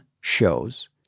shows